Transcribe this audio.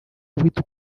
uhita